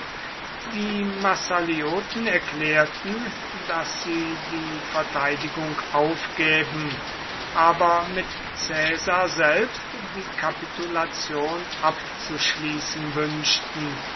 die massalioten erklärten daß sie die verteidigung aufgäben aber mit caesar selbst die kapitulation abzuschließen wünschten